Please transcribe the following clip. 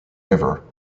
river